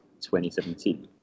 2017